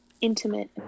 intimate